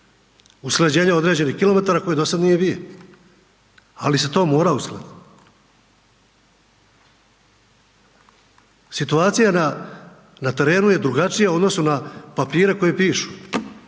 Usklađenje određenih kilometara koji dosad nije bio, ali se to mora uskladiti. Situacija na terenu je drugačija u odnosu na papire koji pišu,